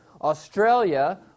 Australia